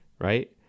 Right